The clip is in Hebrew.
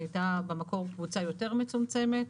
הייתה במקור קבוצה יותר מצומצמת,